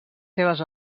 seves